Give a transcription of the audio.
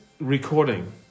recording